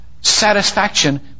satisfaction